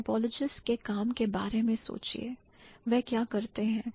Typologists के काम के बारे में सोचिए वह क्या करते हैं